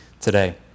today